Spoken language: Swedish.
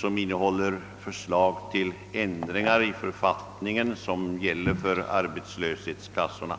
som innehåller förslag till ändringar i de författningar som gäller för arbetslöshetskassorna.